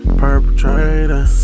perpetrator